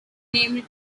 named